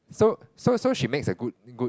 so so so she makes a good good